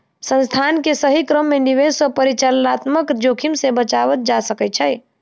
संस्थान के सही क्रम में निवेश सॅ परिचालनात्मक जोखिम से बचल जा सकै छै